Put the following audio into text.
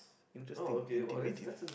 interesting intuitive